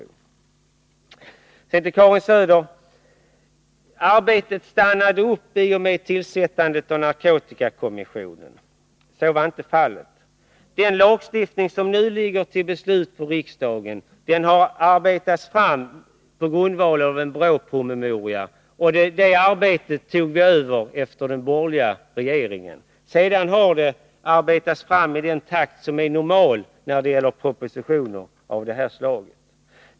Hon säger att arbetet stannade upp i och med tillsättandet av narkotikakommissionen. Så är inte fallet. Den lagstiftning som ligger till grund för beslut i riksdagen har arbetats fram på grundval av en BRÅ-promemoria. Arbetet togs över efter den borgerliga regeringen. Sedan har arbetet fortgått i den takt som är normal när det gäller propositioner av det här slaget.